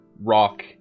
rock